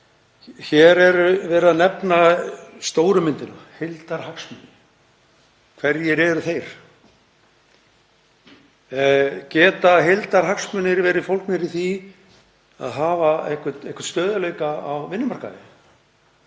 Hér er verið að ræða stóru myndina, heildarhagsmuni. Hverjir eru þeir? Geta heildarhagsmunir verið fólgnir í því að hafa einhvern stöðugleika á vinnumarkaði?